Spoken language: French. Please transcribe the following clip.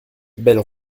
belle